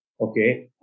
Okay